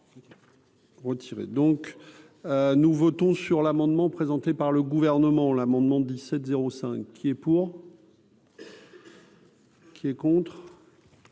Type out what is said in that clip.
retiré donc. Nous votons sur l'amendement présenté par le gouvernement, l'amendement 17 05, qui est pour. Qui est contre.